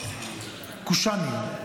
קושאנים.